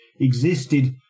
existed